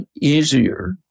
easier